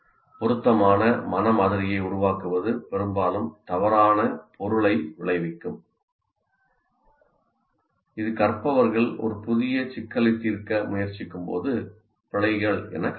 பொருத்தமான மன மாதிரியை உருவாக்குவது பெரும்பாலும் தவறான பொருளை விளைவிக்கும் இது கற்பவர்கள் ஒரு புதிய சிக்கலை தீர்க்க முயற்சிக்கும் போது பிழைகள் எனக் காட்டுகிறது